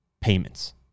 payments